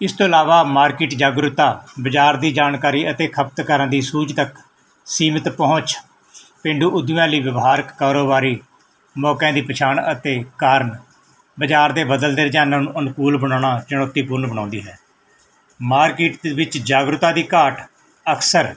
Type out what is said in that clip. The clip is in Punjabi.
ਇਸ ਤੋਂ ਇਲਾਵਾ ਮਾਰਕੀਟ ਜਾਗਰੂਕਤਾ ਬਾਜ਼ਾਰ ਦੀ ਜਾਣਕਾਰੀ ਅਤੇ ਖਪਤਕਾਰਾਂ ਦੀ ਸੂਝ ਤੱਕ ਸੀਮਤ ਪਹੁੰਚ ਪੇਂਡੂ ਉਦਮੀਆ ਲਈ ਵਿਵਹਾਰਕ ਕਾਰੋਬਾਰੀ ਮੌਕਿਆਂ ਦੀ ਪਛਾਣ ਅਤੇ ਕਾਰਨ ਬਜ਼ਾਰ ਦੇ ਬਦਲਦੇ ਰੁਝਾਨਾਂ ਨੂੰ ਅਨੁਕੂਲ ਬਣਾਉਣਾ ਚੁਣੌਤੀਪੂਰਨ ਬਣਾਉਂਦੀ ਹੈ ਮਾਰਕੀਟ ਦੇ ਵਿਚ ਜਾਗਰੂਕਤਾ ਦੀ ਘਾਟ ਅਕਸਰ